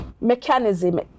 mechanism